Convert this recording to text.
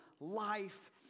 Life